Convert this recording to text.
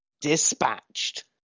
dispatched